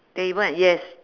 table and yes